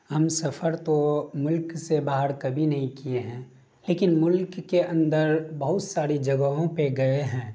ہم سفر تو ملک سے باہر کبھی نہیں کیے ہیں لیکن ملک کے اندر بہت ساری جگہوں پہ گئے ہیں